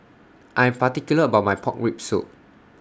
I'm particular about My Pork Rib Soup